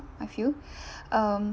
I feel um